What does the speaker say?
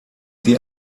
die